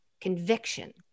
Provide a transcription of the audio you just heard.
Conviction